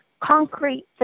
concrete